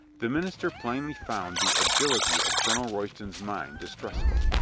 the minister plainly found the agility of colonel royston's mind distressful.